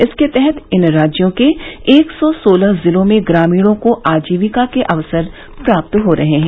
इसके तहत इन राज्यों के एक सौ सोलह जिलों में ग्रामीणों को आजीविका के अवसर प्राप्त हो रहे हैं